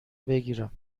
بگیرم